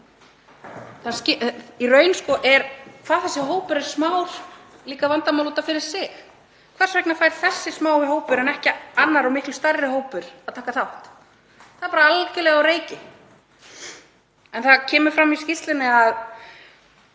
ekki. Í raun er smæð hópsins líka vandamál út af fyrir sig. Hvers vegna fær þessi smái hópur en ekki annar og miklu stærri hópur að taka þátt? Það er algerlega á reiki. Það kemur fram í skýrslunni að